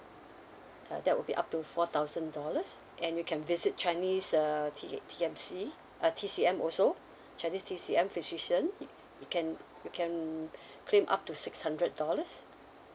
uh that would be up to four thousand dollars and you can visit chinese uh T T M C uh T_C_M also chinese T_C_M physician you can you can claim up to six hundred dollars